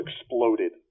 exploded